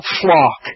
flock